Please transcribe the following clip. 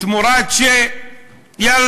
תמורת זה שאנחנו,